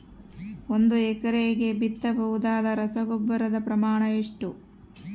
ಒಂದು ಎಕರೆಗೆ ಬಿತ್ತಬಹುದಾದ ರಸಗೊಬ್ಬರದ ಪ್ರಮಾಣ ಎಷ್ಟು?